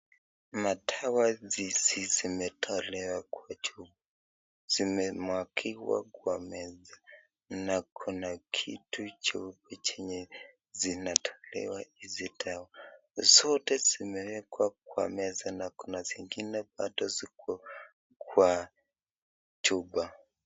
Madawa hizi zimetolewa kwa chupa zimemwakiwa kwa meza na Kuna kitu juu zenye inatolewa hizi dawa zote zimewekwa kwa meza na Kuna na Kuna zingine Bado ziko kwa chupa.